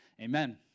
Amen